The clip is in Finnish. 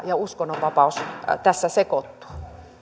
ja uskonnonvapaus tässä sekoittuvat